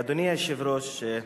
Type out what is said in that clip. אדוני היושב-ראש,